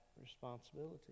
responsibility